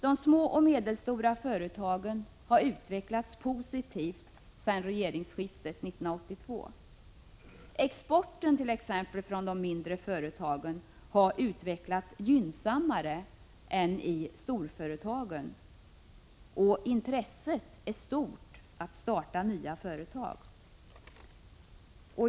De små och medelstora företagen har utvecklats positivt sedan regeringsskiftet 1982. T. ex. har exporten från de mindre företagen utvecklats gynnsammare än beträffande de stora företagen. Intresset är också stort för att starta nya företag.